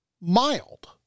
mild